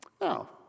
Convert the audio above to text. Now